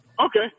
Okay